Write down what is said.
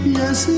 yes